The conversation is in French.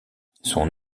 son